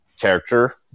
character